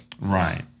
Right